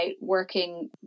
working